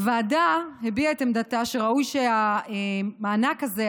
הוועדה הביעה את עמדתה שראוי שהמענק הזה,